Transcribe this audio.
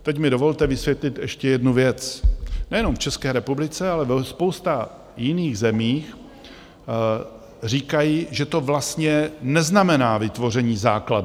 Teď mi dovolte vysvětlit ještě jednu věc, nejenom v České republice, ale ve spoustě jiných zemí říkají, že to vlastně neznamená vytvoření základen.